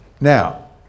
Now